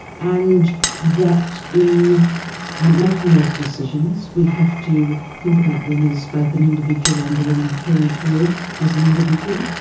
and that in um making those decisions we have to think about them as both an individual and their inherent worth as an individual,